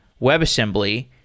WebAssembly